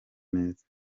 neza